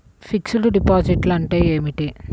Fixed డిపాజిట్లు అంటే ఏమిటి?